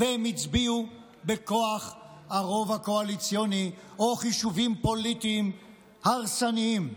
והם הצביעו בכוח הרוב הקואליציוני או חישובים פוליטיים הרסניים.